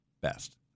best